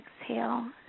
exhale